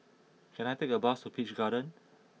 can I take a bus to Peach Garden